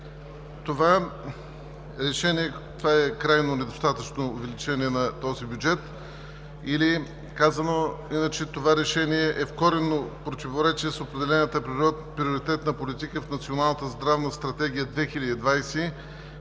Това е крайно недостатъчно увеличение на този бюджет или, казано иначе, това решение е в коренно противоречие с определената приоритетна политика в Националната здравна стратегия 2020,